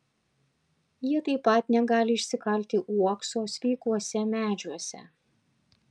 jie taip pat negali išsikalti uokso sveikuose medžiuose